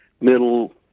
middle